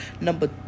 number